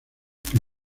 que